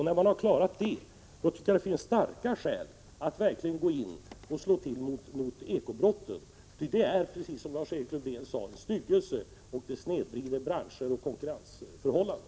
När man har klarat det, tycker jag att det finns starka skäl att verkligen slå till mot ekobrotten, ty de är, precis som Lars-Erik Lövdén sade, en styggelse och de snedvrider branscher och konkurrensförhållanden.